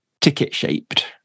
ticket-shaped